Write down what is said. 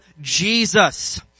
Jesus